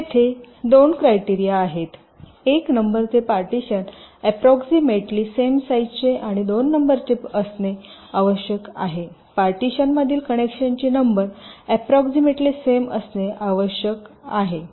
तेथे 2 क्रायटेरिया आहेत एक नंबरचे पार्टीशन अप्रॉक्सिमेंटली सेम साईजचे आणि 2 नंबरचेचे असणे आवश्यक आहे पार्टीशनमधील कनेक्शनची नंबर अप्रॉक्सिमेंटली सेम असणे आवश्यक आहे